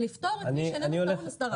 לפטור את מי שאיננו טעון אסדרה.